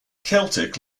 celtic